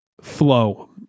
flow